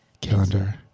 calendar